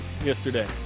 yesterday